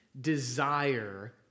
desire